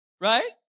right